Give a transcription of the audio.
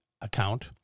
account